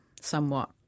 somewhat